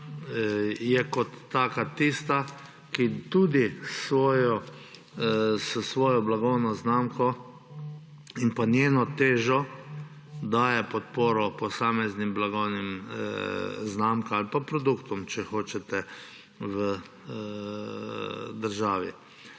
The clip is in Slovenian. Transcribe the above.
je kot taka tista, ki tudi s svojo blagovno znamko in njeno težo daje podporo posameznim blagovnim znamkam ali pa produktom v državi.